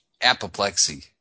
apoplexy